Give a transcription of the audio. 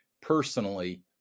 personally